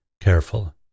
careful